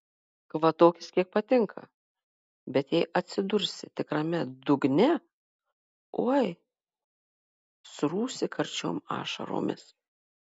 kvatokis kiek patinka bet jei atsidursi tikrame dugne oi srūsi karčiom ašaromis